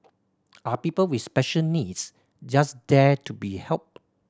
are people with special needs just there to be helped